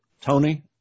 Tony